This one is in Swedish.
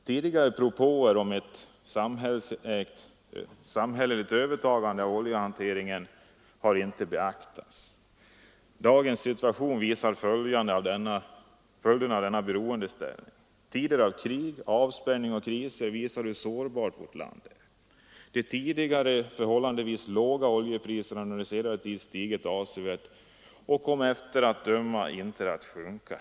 Tidigare propåer om samhälleligt övertagande av oljehanteringen har inte beaktats. Dagens situation visar följderna av denna beroendeställning. Tider av krig, avspärrning och kriser visar hur sårbart vårt land är. De länge förhållandevis låga oljepriserna har under senare tid stigit avsevärt och kommer av allt att döma inte att sjunka.